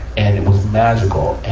and it was magical.